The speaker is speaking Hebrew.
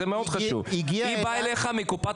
זה פשוט מופרך, מגיעים אלייך אנשים מקופה